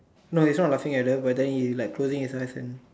no it's not laughing at them but then he is like closing his eyes and